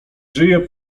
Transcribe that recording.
żyje